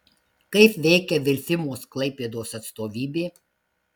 kaip veikia vilfimos klaipėdos atstovybė